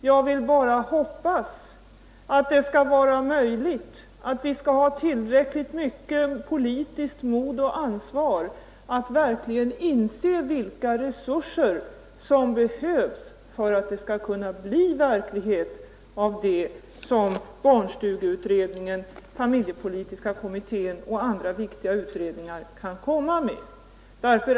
Jag vill bara hoppas att vi skall ha tillräckligt mycket politiskt mod och ansvar att verkligen inse vilka resurser som behövs för att det skall kunna bli verklighet av det som barnstugeutredningen, familjepolitiska kommittén och andra viktiga utredningar kan komma med.